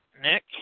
Nick